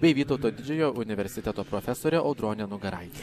bei vytauto didžiojo universiteto profesorė audronė nugaraitė